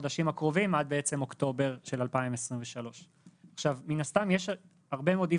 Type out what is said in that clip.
בחודשים הקרובים עד בעצם אוקטובר של 2023. מן הסתם יש הרבה מאוד אי